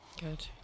good